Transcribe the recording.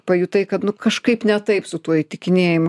pajutai kad nu kažkaip ne taip su tuo įtikinėjimu